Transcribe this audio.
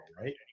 right